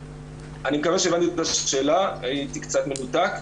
אני מקווה שהבנתי את השאלה, הייתי קצת מנותק.